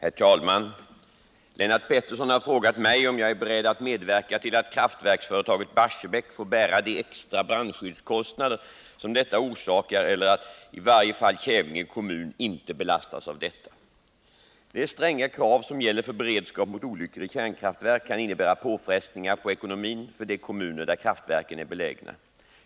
Herr talman! Lennart Pettersson har frågat mig om jag är beredd att medverka till att kraftverksföretaget Barsebäck får bära de extra kostnader som brandskyddet orsakar eller att i varje fall Kävlinge kommun inte belastas av detta. De stränga krav som gäller för beredskap mot olyckor i kärnkraftverk kan innebära påfrestningar på ekonomin för de kommuner där kraftverken är belägna.